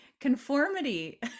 conformity